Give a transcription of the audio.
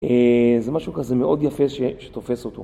זה משהו כזה מאוד יפה שתופס אותו.